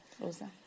Rosa